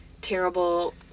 terrible